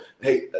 Hey